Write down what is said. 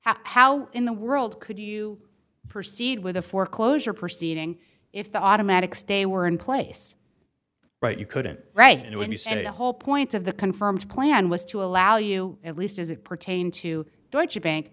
how in the world could you proceed with a foreclosure proceeding if the automatic stay were in place right you couldn't write it when you said a whole point of the confirmed plan was to allow you at least as it pertains to deutsche bank